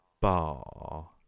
bar